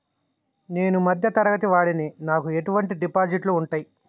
నేను మధ్య తరగతి వాడిని నాకు ఎటువంటి డిపాజిట్లు ఉంటయ్?